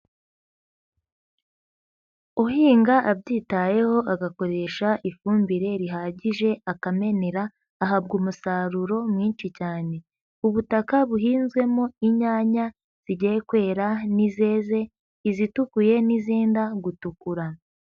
Uhinga abyitayeho agakoresha ifumbire rihagije akamenera, ahabwa umusaruro mwinshi cyane. Ubutaka buhinzwemo inyanya zigiye kwera n'izeze, izitukuye n'izenda gutukura.